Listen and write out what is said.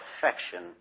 perfection